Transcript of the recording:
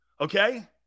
Okay